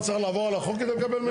הוא צריך לעבור על החוק כדי לקבל מידע?